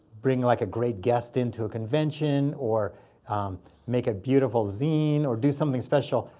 bring like a great guest into a convention or make a beautiful zine or do something special,